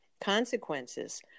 consequences